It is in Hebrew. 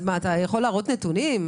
מה, אתה יכול להראות נתונים?